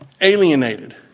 alienated